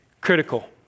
critical